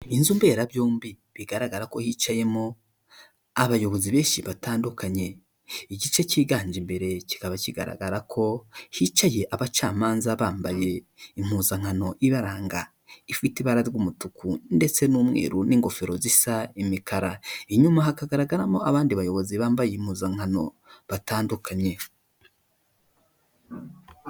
Inzu mberabyombi bigaragara ko hicayemo abayobozi benshi batandukanye, igice cyiganje imbere kikaba kigaragara ko hicaye abacamanza bambaye impuzankano ibaranga, ifite ibara ry'umutuku ndetse n'umweru n'ingofero zisa imikara, inyuma hakagaragaramo abandi bayobozi bambaye impuzankano batandukanye.